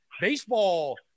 baseball